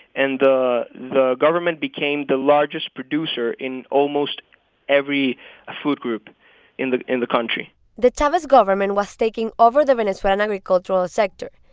and the the government became the largest producer in almost every food group in the in the country the chavez government was taking over the venezuelan agricultural sector.